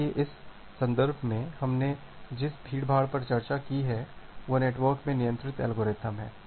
इसलिए इस संदर्भ में हमने जिस भीड़भाड़ पर चर्चा की है वह नेटवर्क में नियंत्रित एल्गोरिथम है